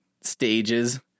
stages